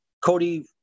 Cody